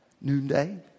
noonday